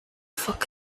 fuck